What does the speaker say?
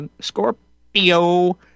Scorpio